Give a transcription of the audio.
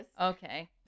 Okay